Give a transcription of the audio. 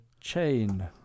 chain